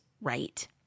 Right